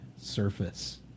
Surface